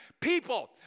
People